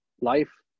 life